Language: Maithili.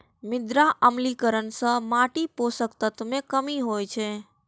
मृदा अम्लीकरण सं माटिक पोषक तत्व मे कमी होइ छै